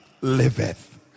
liveth